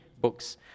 books